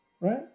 right